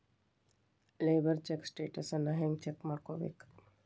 Labour check ಸ್ಟೆಟಸನ್ನ ಹೆಂಗ್ check ಮಾಡ್ಕೊಬೇಕ್?